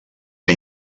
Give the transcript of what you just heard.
que